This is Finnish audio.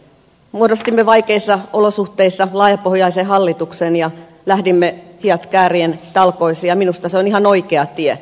muodostimme vaikeissa olosuhteissa laajapohjaisen hallituksen ja lähdimme hihat käärien talkoisiin ja minusta se on ihan oikea tie